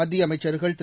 மத்திய அமைச்சர்கள் திரு